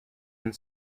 and